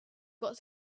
got